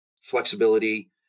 flexibility